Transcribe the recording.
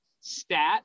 stat